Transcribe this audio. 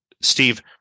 Steve